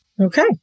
Okay